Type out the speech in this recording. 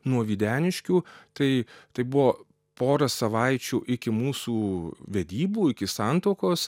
nuo videniškių tai tai buvo pora savaičių iki mūsų vedybų iki santuokos